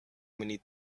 many